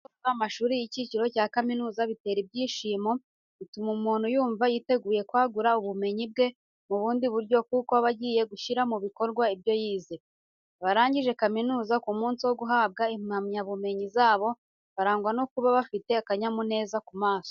Gusoza amashuri y'icyiciro cya kaminuza bitera ibyishimo, bituma umuntu yumva yiteguye kwagura ubumenyi bwe mu bundi buryo kuko aba agiye gushyira mu bikorwa ibyo yize. Abarangije kaminuza ku munsi wo guhabwa impamyabumenyi zabo, barangwa no kuba bafite akanyamuneza ku maso.